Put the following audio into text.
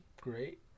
great